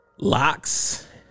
Locks